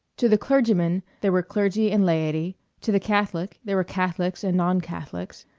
to the clergyman there were clergy and laity, to the catholic there were catholics and non-catholics,